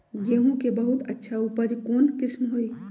गेंहू के बहुत अच्छा उपज कौन किस्म होई?